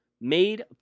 Made